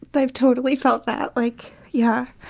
but i've totally felt that. like yeah